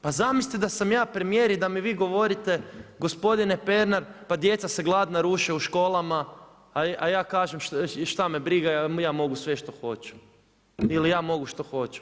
Pa zamislite da sam ja premijer i da mi vi govorite gospodine Pernar pa djeca se gladna ruše u školama, a ja kažem šta me briga, ja mogu sve što hoću ili ja mogu što hoću.